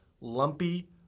Lumpy